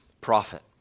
prophet